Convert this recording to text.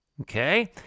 Okay